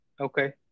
Okay